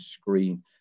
screen